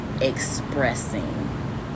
expressing